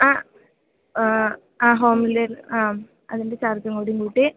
ആ ആ ആ ഹോംലി അ അതിൻ്റെ ചാർജ് കൂടിയും കൂടി